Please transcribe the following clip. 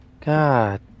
God